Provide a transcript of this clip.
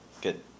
Good